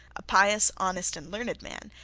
a pious, honest, and learned man,